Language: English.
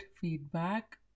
feedback